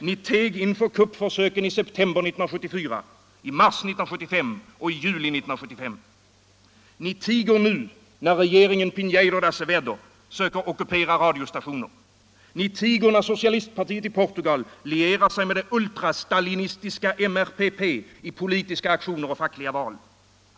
Ni teg inför kuppförsöken i september 1974, i mars 1975 och i juli 1975. Ni tiger nu, när regeringen Pinheiro de Azevedo söker ockupera radiostationer. Ni tiger när socialistpartiet i Portugal lierar sig med det ultrastalinistiska MRPP i politiska aktioner och fackliga val.